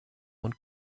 und